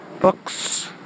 books